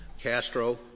Castro